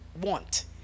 want